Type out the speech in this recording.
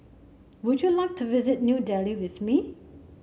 would you like to visit New Delhi with me